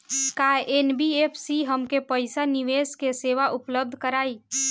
का एन.बी.एफ.सी हमके पईसा निवेश के सेवा उपलब्ध कराई?